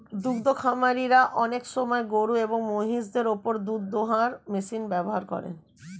দুদ্ধ খামারিরা অনেক সময় গরুএবং মহিষদের ওপর দুধ দোহানোর মেশিন ব্যবহার করেন